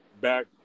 back